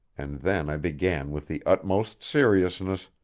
and then i began with the utmost seriousness